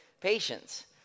patience